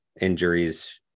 Injuries